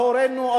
להורינו,